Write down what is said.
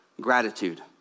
Gratitude